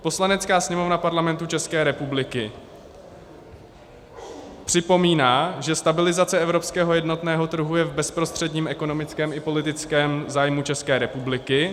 Poslanecká sněmovna Parlamentu České republiky připomíná, že stabilizace evropského jednotného trhu je v bezprostředním ekonomickém i politickém zájmu České republiky.